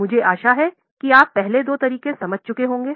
मुझे आशा है कि आप पहले दो तरीके समझ चुके होंगे